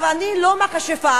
אני לא מכשפה,